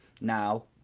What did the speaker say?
now